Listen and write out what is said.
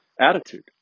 attitude